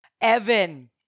Evan